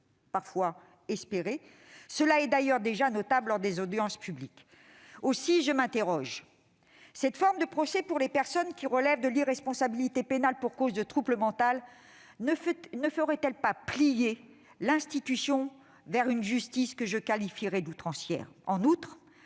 parfois espérée. D'ailleurs, on peut déjà le constater lors des audiences publiques. Aussi, je m'interroge : cette forme de procès pour les personnes qui relèvent de l'irresponsabilité pénale pour cause de trouble mental ne ferait-elle pas fléchir l'institution vers une justice que je qualifierai d'outrancière ?